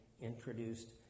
introduced